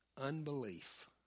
unbelief